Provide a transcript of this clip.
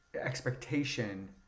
expectation